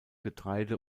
getreide